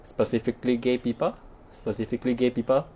specifically gay people specifically gay people